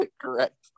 Correct